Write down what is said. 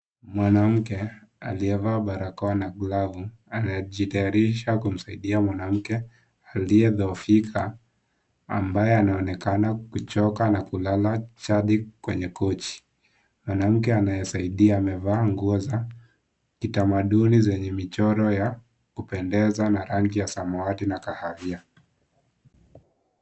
Mwanamke aliyevaa barakoa na glavu anajitayarisha kumsaidia mwanamke, aliyedhoofika ambaye anaonekana kuchoka na kulala chali kwenye kochi, mwanamke anayesaidia amevaa nguo za kitamaduni zenye michoro, ya kupendeza na rangi ya samawati na kahawia.